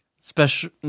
Special